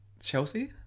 Chelsea